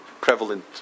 prevalent